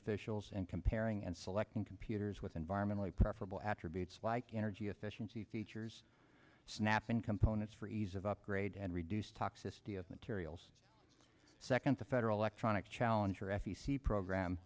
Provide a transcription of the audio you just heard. officials and comparing and selecting computers with environmentally preferable attributes like energy efficiency features snapping components for ease of upgrades and reduce toxicity of materials second to federal ect tronics challenger f e c program